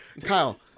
Kyle